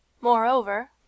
Moreover